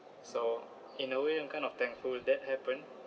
so in a way I'm kind of thankful that happened